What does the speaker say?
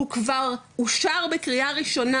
הוא כבר אושר בקריאה ראשונה,